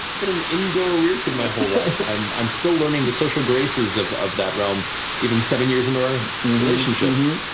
but an indoor weird kid my whole life. i'm i'm still learning the social graces of of that realm even seven years into our relationship.